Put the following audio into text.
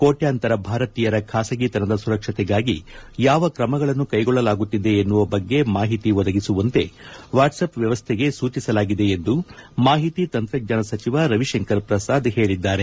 ಕೋಟ್ಲಾಂತರ ಭಾರತೀಯರ ಬಾಸಗಿತನದ ಸುರಕ್ಷತೆಗಾಗಿ ಯಾವ ಕ್ರಮಗಳನ್ನು ಕ್ಲೆಗೊಳ್ಳಲಾಗುತ್ತಿದೆ ಎನ್ನುವ ಬಗ್ಗೆ ಮಾಹಿತಿ ಒದಗಿಸುವಂತೆ ವಾಟ್ಸ್ಆಫ್ ವ್ಯವಸ್ಥೆಗೆ ಸೂಚಿಸಲಾಗಿದೆ ಎಂದು ಮಾಹಿತಿ ತಂತ್ರಜ್ಞಾನ ಸಚಿವ ರವಿಶಂಕರ ಪ್ರಸಾದ್ ಹೇಳಿದ್ದಾರೆ